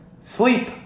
Sleep